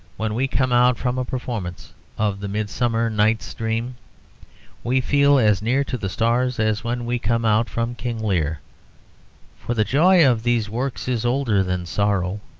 when we come out from a performance of the midsummer night's dream we feel as near to the stars as when we come out from king lear for the joy of these works is older than sorrow,